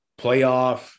playoff